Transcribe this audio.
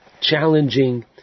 challenging